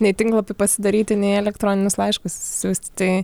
nei tinklapį pasidaryti nei elektroninius laiškus siųsti tai